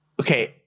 Okay